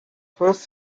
first